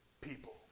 people